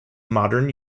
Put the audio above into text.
modern